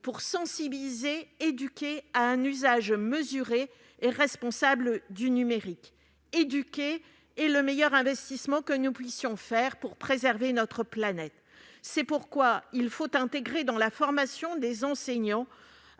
pour sensibiliser, éduquer à un usage mesuré et responsable du numérique. Éduquer est le meilleur investissement que nous puissions faire pour préserver notre planète. C'est la raison pour laquelle il faut intégrer dans la formation des enseignants